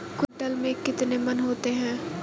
एक क्विंटल में कितने मन होते हैं?